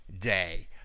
day